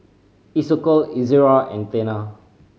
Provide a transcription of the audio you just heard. Isocal Ezerra and Tena